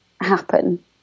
happen